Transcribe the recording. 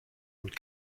und